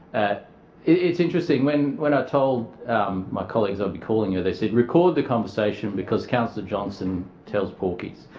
ah it's interesting when when i told my colleagues i'd be calling her, they said record the conversation because councillor johnston tells porkies.